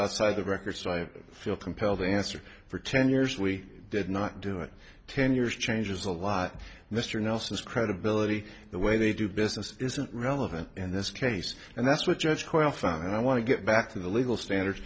outside the record so i feel compelled to answer for ten years we did not do it ten years changes a lot mr nelson's credibility the way they do business isn't relevant in this case and that's what judge quite often i want to get back to the legal standard